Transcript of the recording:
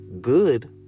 good